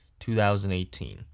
2018